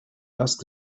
asked